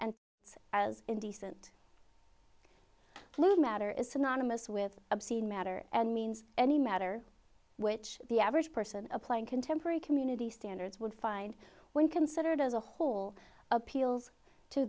it's as indecent lewd matter is synonymous with obscene matter and means any matter which the average person applying contemporary community standards would find when considered as a whole appeals to